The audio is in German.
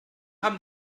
haben